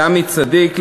לעמי צדיק,